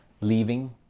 leaving